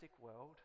world